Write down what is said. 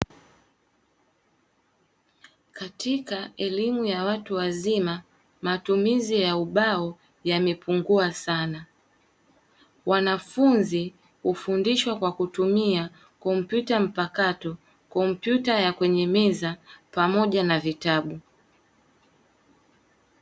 Katika elimu ya watu wazima matumizi ya ubao yamepungua sana. Wanafunzi hufundishwa kwakutumia komputa mpakato, komputa ya kwenye meza pamoja na vitabu.